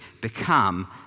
become